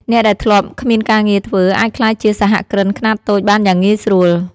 អ្នកដែលធ្លាប់គ្មានការងារធ្វើអាចក្លាយជាសហគ្រិនខ្នាតតូចបានយ៉ាងងាយស្រួល។